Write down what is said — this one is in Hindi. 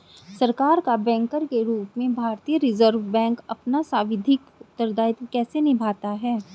सरकार का बैंकर के रूप में भारतीय रिज़र्व बैंक अपना सांविधिक उत्तरदायित्व कैसे निभाता है?